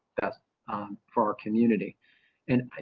that's for our community and i.